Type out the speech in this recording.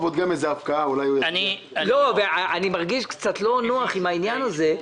אני מרגיש קצת לא נוח עם העניין הזה.